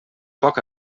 poc